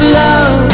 love